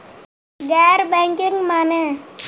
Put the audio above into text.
गैर बैंकिंग माने?